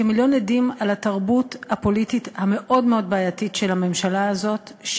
כמיליון עדים על התרבות הפוליטית המאוד-מאוד בעייתית של הממשלה הזאת,